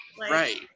right